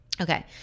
Okay